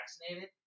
vaccinated